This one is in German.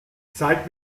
zeig